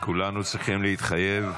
כולנו צריכים להתחייב.